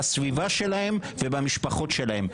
בסביבה שלהם ובמשפחות שלהם.